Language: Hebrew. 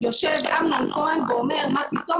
יושב אמנון כהן ואומר: מה פתאום?